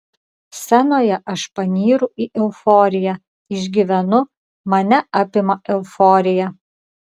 scenoje aš panyru į euforiją išgyvenu mane apima euforija